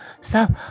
Stop